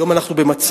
היום אנחנו במצב,